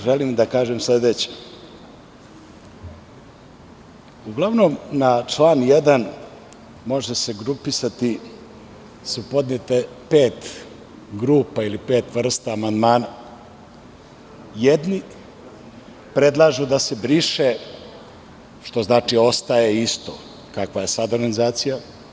Želim da kažem sledeće – uglavnom na član 1. može se grupisati podnelo je pet grupa ili pet vrsta amandmana, jedni predlažu da se briše, što znači ostaje isto, kakva je sada organizacija.